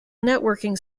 networking